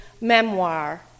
memoir